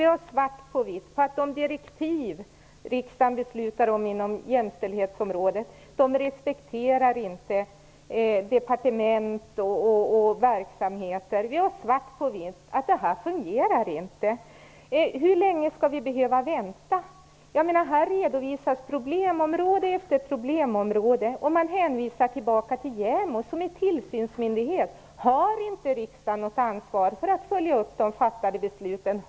Vi har svart på vitt på att de direktiv som riksdagen beslutar om på jämställdhetsområdet inte respekteras av departement och verksamheter. Vi har svart på vitt på att detta inte fungerar. Hur länge skall vi behöva vänta? Här redovisas problemområde efter problemområde, och man hänvisar tillbaka till JämO, som är tillsynsmyndighet. Har inte riksdagen något ansvar för att följa upp de fattade besluten?